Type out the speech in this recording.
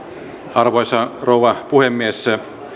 arvoisa rouva puhemies